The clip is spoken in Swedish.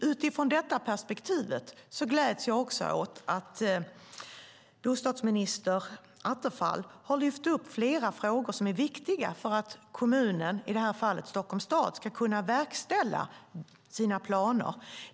Utifrån detta perspektiv gläds jag också åt att bostadsminister Attefall har tagit upp flera frågor som är viktiga för att kommunerna, i det här fallet Stockholms stad, ska kunna verkställa sina planer.